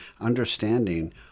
understanding